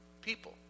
people